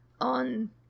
on